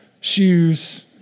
shoes